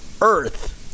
earth